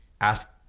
ask